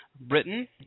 Britain